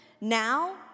now